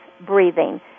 breathing